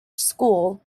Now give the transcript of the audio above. school